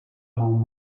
home